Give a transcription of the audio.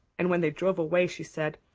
and when they drove away she said.